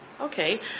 okay